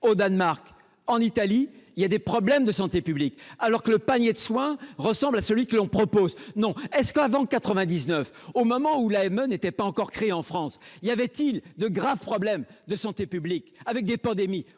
au Danemark ou en Italie, il y a des problèmes de santé publique, alors que le panier de soins y ressemble à celui que nous proposons ? Non ! Est ce que, avant 1999, alors que l’AME n’était pas encore créée en France, il y avait de graves problèmes de santé publique, avec des pandémies ?